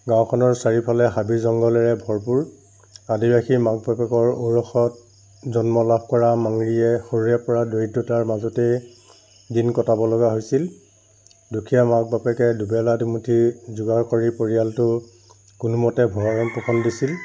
গাওঁখনৰ চাৰিওফালে হাবি জংঘলেৰে ভৰপূৰ আদিবাসী মাক বাপেকৰ ঔৰসত জন্ম লাভ কৰা মাংৰিয়ে সৰুৰেপৰা দৰিদ্ৰতাৰ মাজতেই দিন কটাবলগা হৈছিল দুখীয়া মাক বাপেকে দুবেলা দুমুঠি যোগাৰ কৰি পৰিয়ালটো কোনোমতে ভৰণ পোষণ দিছিল